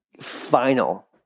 final